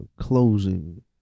closing